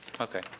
Okay